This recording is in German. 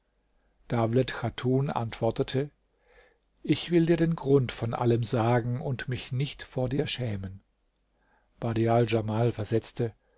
dawlet chatun antwortete ich will dir den grund von allem sagen und mich nicht vor dir schämen badial djamal versetzte